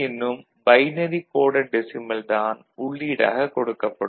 என்னும் binary coded decimal தான் உள்ளீடாகக் கொடுக்கப்படும்